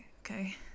Okay